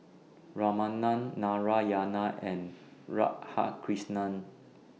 Ramanand Narayana and Radhakrishnan